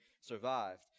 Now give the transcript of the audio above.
survived